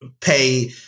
pay